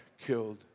killed